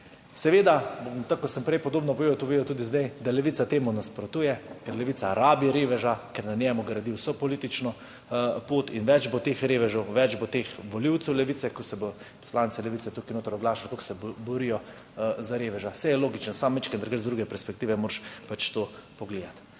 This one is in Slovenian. Seveda bom, tako kot sem prej podobno povedal, povedal tudi zdaj, levica temu nasprotuje, ker levica rabi reveža, ker na njem gradi vso politično pot. Več bo teh revežev, več bo teh volivcev levice. Ko se bodo poslanci levice tukaj notri oglašali, kako se borijo za reveža – saj je logično, samo malo drugače, z druge perspektive moraš to pogledati.